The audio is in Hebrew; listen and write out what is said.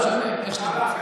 לא משנה, איך שאתם רוצים.